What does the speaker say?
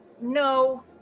no